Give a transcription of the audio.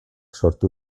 sortu